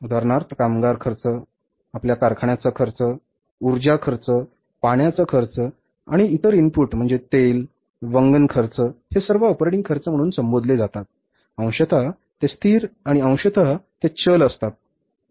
उदाहरणार्थ कामगार खर्च तेथे आहेत आपल्या कारखान्याचा खर्च आहे आपला उर्जा खर्च आहे आपल्या पाण्याचा खर्च आहे आपले इतर इनपुट म्हणजे तेल वंगण खर्च आहेत हे सर्व ऑपरेटिंग खर्च म्हणून संबोधले जातात अंशतः ते स्थिर आणि अंशतः ते चल असतात बरोबर